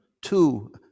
two